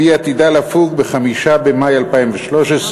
והוא עתיד לפוג ב-5 במאי 2013,